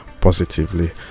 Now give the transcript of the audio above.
positively